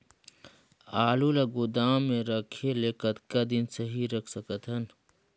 आलू ल गोदाम म रखे ले कतका दिन सही रख सकथन?